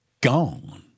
gone